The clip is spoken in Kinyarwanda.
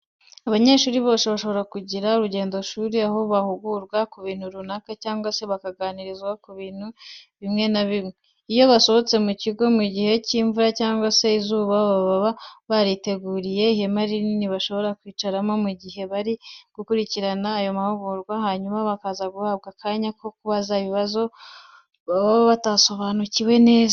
Abanyeshuri bashobora kugira urugendoshuri aho bahugurwa ku bintu runaka cyangwa se bakabaganiriza ku bintu bimwe na bimwe. Iyo basohotse mu kigo mu gihe cy'imvura cyangwa se izuba baba babateguriye ihema rinini bashobora kwicaramo mu gihe bari gukurikirana ayo mahugurwa, hanyuma bakaza guhabwa akanya ko kubaza ibibazo baba batasobanukiwe neza.